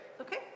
Okay